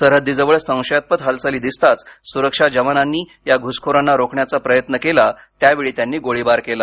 सरहद्दीजवळ संशयास्पद हालचाली दिसताच सुरक्षा जवानांनी या घुसखोरांना रोखण्याचा प्रयत्न केला त्यावेळी त्यांनी गोळीबार केला